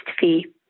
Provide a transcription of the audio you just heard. fee